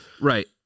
Right